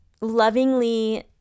lovingly